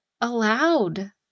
allowed